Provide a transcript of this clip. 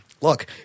look